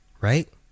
Right